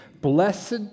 Blessed